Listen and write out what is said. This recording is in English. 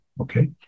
Okay